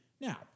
Now